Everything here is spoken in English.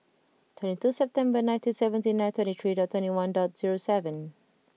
twenty two September nineteen seventy nine twenty three dot twenty one dot zero seven